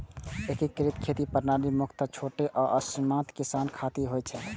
एकीकृत खेती प्रणाली मुख्यतः छोट आ सीमांत किसान खातिर होइ छै